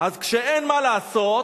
אז כשאין מה לעשות,